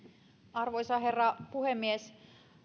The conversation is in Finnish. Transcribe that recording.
arvoisa herra puhemies